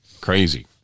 Crazy